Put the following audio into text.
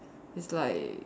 it's like